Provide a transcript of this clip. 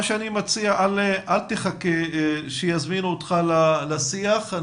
אני מציע שלא תחכה שיזמינו אותך לשיח.